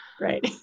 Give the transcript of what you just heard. Right